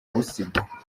busibwa